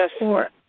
Yes